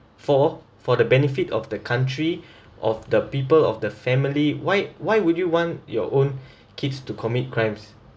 for for the benefit of the country of the people of the family why why would you want your own kids to commit crimes